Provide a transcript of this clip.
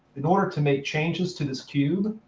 in order to make changes to this cube,